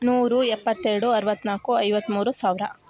ನೂರು ಎಪ್ಪತ್ತೆರಡು ಅರವತ್ನಾಲ್ಕು ಐವತ್ಮೂರು ಸಾವಿರ